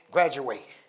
Graduate